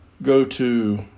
go-to